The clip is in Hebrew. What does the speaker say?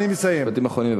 משפטים אחרונים בבקשה.